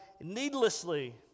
needlessly